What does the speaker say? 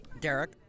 Derek